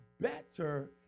better